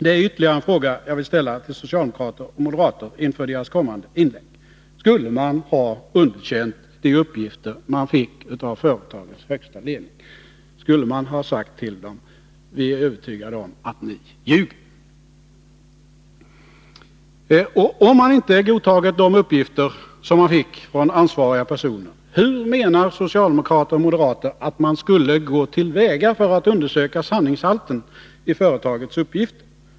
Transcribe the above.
Det är ytterligare ett par frågor jag vill ställa till socialdemokrater och moderater inför deras kommande inlägg: Skulle man ha underkänt de uppgifter man fick av företagets högsta ledning? Skulle man till dess företrädare ha sagt: vi är övertygade om att ni ljuger? Om man inte godtagit de uppgifter man fick från ansvariga personer, hur menar socialdemokrater och moderater att man skulle ha gått till väga för att undersöka sanningshalten i företagets uppgifter?